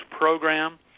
program